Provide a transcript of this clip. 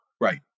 right